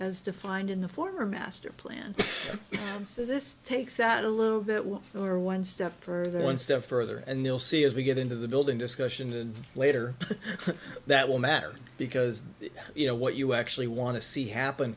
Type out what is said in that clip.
as defined in the former master plan and so this takes out a little bit when you are one step further one step further and you'll see as we get into the building discussion and later that will matter because you know what you actually want to see happen